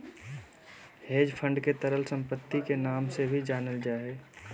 hedge fund के तरल सम्पत्ति के नाम से भी जानल जा हय